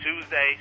Tuesday